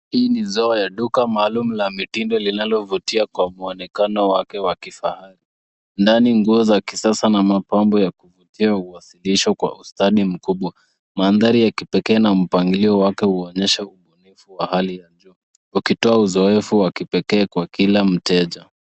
Hii ni zao la duka maalumu la mitindo linalovutia kwa mwonekano wake wa kifahari. Ndani nguo za kisasa na mapambo ya kuvutia huwasilishwa kwa ustadi mkubwa. Mandhari ya kipekee na mpangilio wake huonyesha ubunifu wa hali ya juu ukitoa uzoefu wa kipekee kwa kila mteja.